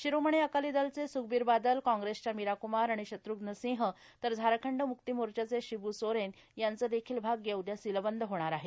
शिरोमणी अकाली दल चे सुखबीर बादल कॉग्रेस च्या मीरा कुमार आणि शत्रघ्न सिन्हा तर झारखंड मुक्ती मोर्च्याचे शिब् सोरेन यांचे देखील भाग्य उद्या सीलबंद होणार आहे